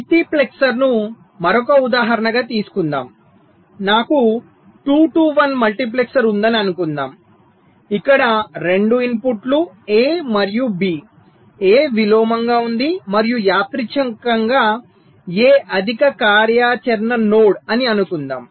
multiplexer ను మరొక ఉదాహరణ గా తీసుకుందాం నాకు 2 టు 1 మల్టీప్లెక్సర్ ఉందని అనుకుందాం ఇక్కడ 2 ఇన్పుట్లు A మరియు B A విలోమంగా ఉంది మరియు యాదృచ్ఛికంగా A అధిక కార్యాచరణ నోడ్ అని అనుకుందాం